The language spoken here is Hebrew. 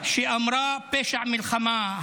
שאמרה: פשע מלחמה,